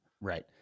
Right